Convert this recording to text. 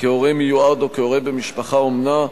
כהורה מיועד או כהורה במשפחה אומנה),